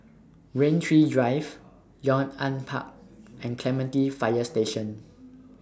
Rain Tree Drive Yong An Park and Clementi Fire Station